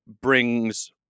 brings